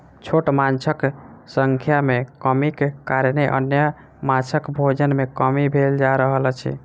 छोट माँछक संख्या मे कमीक कारणेँ अन्य माँछक भोजन मे कमी भेल जा रहल अछि